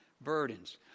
burdens